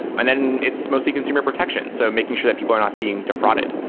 and then it's mostly consumer protection. so making sure that people are not being defrauded.